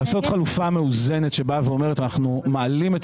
לעשות חלופה מאוזנת שבאה ואומרת שאנחנו מעלים את